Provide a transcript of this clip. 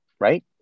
right